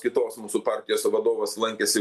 kitos mūsų partijos vadovas lankėsi